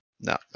No